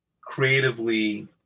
creatively